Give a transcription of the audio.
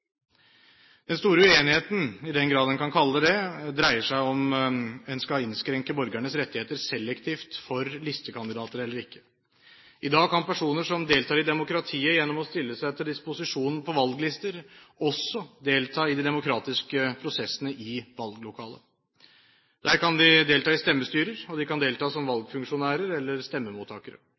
Den store uenigheten – i den grad en kan kalle det det – dreier seg om en skal innskrenke borgernes rettigheter selektivt for listekandidater eller ikke. I dag kan personer som deltar i demokratiet gjennom å stille seg til disposisjon på valglister, også delta i de demokratiske prosessene i valglokalet. Der kan de delta i stemmestyrer, og de kan delta som valgfunksjonærer eller som stemmemottakere.